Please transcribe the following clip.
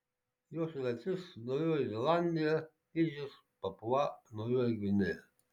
jos sudėtis naujoji zelandija fidžis papua naujoji gvinėja